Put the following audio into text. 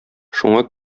шуңа